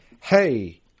hey